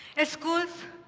the schools,